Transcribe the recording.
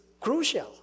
crucial